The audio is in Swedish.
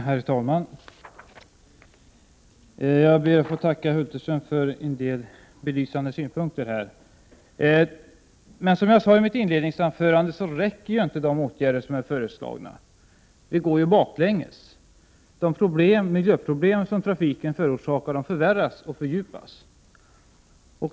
Herr talman! Jag ber att få tacka Sven Hulterström för en del belysande synpunkter. Som jag sade i mitt inledningsanförande räcker inte de föreslagna åtgärderna — det går ju baklänges. De miljöproblem som trafiken förorsakar förvärras och fördjupas.